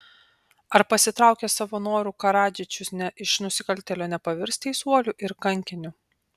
ar pasitraukęs savo noru karadžičius iš nusikaltėlio nepavirs teisuoliu ir kankiniu